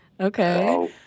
Okay